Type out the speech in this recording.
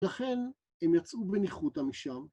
ולכן הם יצאו בניחותא משם.